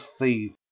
thief